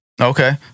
Okay